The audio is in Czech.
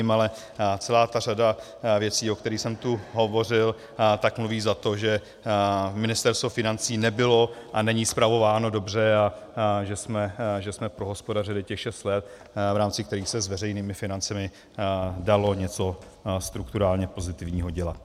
Ale celá ta řada věcí, o kterých jsem tu hovořil, mluví za to, že Ministerstvo financí nebylo a není spravováno dobře a že jsme prohospodařili těch šest let, v rámci kterých se s veřejnými financemi dalo něco strukturálně pozitivního dělat.